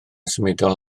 symudol